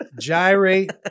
Gyrate